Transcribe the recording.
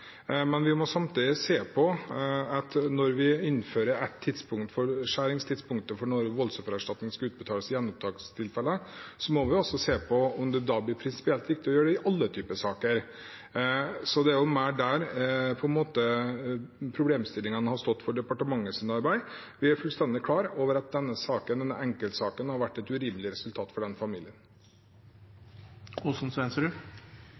Men vi må samtidig se på at når vi innfører ett tidspunkt, skjæringstidspunktet, for når voldsoffererstatning skal utbetales i gjenopptakingstilfeller, må vi også se på om det da blir prinsipielt viktig å gjøre det i alle typer saker. Så det er mer der problemstillingene har stått for departementets arbeid. Vi er fullstendig klar over at denne enkeltsaken har gitt et urimelig resultat for den